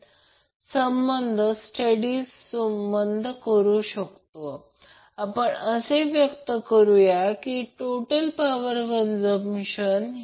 तर जर आकृती 29 वर परत आलो तर ते येथे आहे ही आहे फक्त थोडे थांबा फक्त तीच आकृती आहे जिथे सूत्र काढले आहे ही आकृती 30 आहे आणि ही आकृती आहे